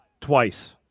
twice